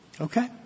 Okay